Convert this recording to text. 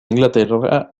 inglaterra